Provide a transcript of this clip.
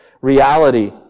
reality